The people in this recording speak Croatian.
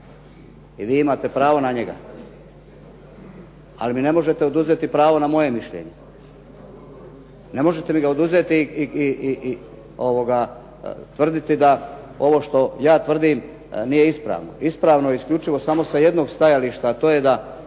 i vi imate pravo na njega, ali mi ne možete oduzeti pravo na moje mišljenje. Ne možete mi ga oduzeti i tvrditi da ovo što ja tvrdim nije ispravno. Ispravno je isključivo samo sa jednog stajališta a to je da,